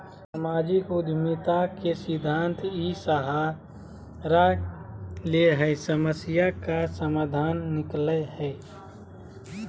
सामाजिक उद्यमिता के सिद्धान्त इ सहारा ले हइ समस्या का समाधान निकलैय हइ